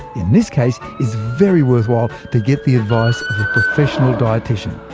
in this case, it's very worthwhile to get the advice of a professional dietician.